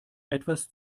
etwas